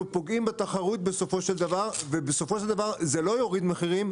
אנחנו פוגעים בתחרות וזה לא יוריד מחירים.